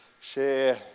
share